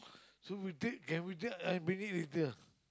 so we take can we just I bring it later lah